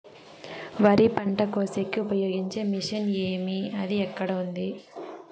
వరి పంట కోసేకి ఉపయోగించే మిషన్ ఏమి అది ఎక్కడ ఉంది?